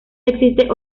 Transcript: existe